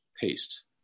paste